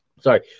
Sorry